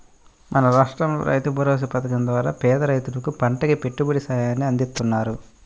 మన రాష్టంలో రైతుభరోసా పథకం ద్వారా పేద రైతులకు పంటకి పెట్టుబడి సాయాన్ని అందిత్తన్నారు